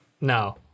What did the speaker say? no